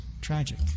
tragic